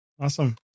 Awesome